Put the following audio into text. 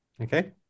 okay